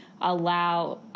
allow